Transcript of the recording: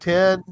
Ten